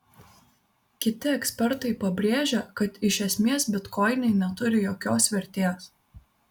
kiti ekspertai pabrėžia kad iš esmės bitkoinai neturi jokios vertės